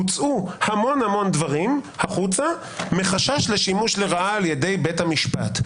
הוצאו המון המון דברים החוצה מחשש לשימוש לרעה על ידי בית המשפט.